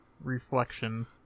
reflection